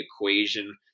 equation